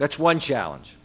that's one challenge